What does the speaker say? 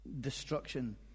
destruction